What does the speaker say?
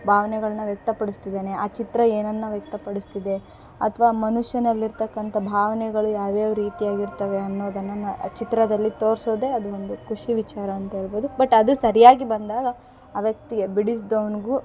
ಭಾವನೆಗಳ್ನ ವ್ಯಕ್ತ ಪಡಿಸ್ತಿದಾನೆ ಆ ಚಿತ್ರ ಏನನ್ನು ವ್ಯಕ್ತ ಪಡಿಸ್ತಿದೆ ಅಥ್ವ ಮನುಷ್ಯನಲ್ಲಿ ಇರ್ತಕ್ಕಂಥ ಭಾವನೆಗಳು ಯಾವ್ಯಾವ ರೀತಿಯಾಗಿರ್ತವೆ ಅನ್ನೋದನ್ನು ನ ಚಿತ್ರದಲ್ಲಿ ತೋರ್ಸೋದೆ ಅದು ಒಂದು ಖುಷಿ ವಿಚಾರ ಅಂತೇಳ್ಬೌದು ಬಟ್ ಅದು ಸರಿಯಾಗಿ ಬಂದಾಗ ಆ ವ್ಯಕ್ತಿ ಬಿಡಿಸಿದವನ್ಗು